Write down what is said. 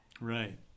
Right